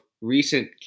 recent